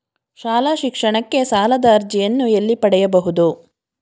ಶಾಲಾ ಶಿಕ್ಷಣಕ್ಕೆ ಸಾಲದ ಅರ್ಜಿಯನ್ನು ಎಲ್ಲಿ ಪಡೆಯಬಹುದು?